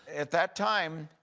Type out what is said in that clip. at that time,